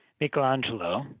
Michelangelo